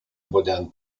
modern